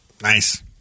Nice